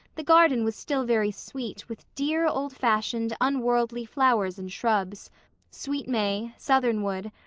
the garden was still very sweet with dear, old-fashioned, unworldly flowers and shrubs sweet may, southern-wood,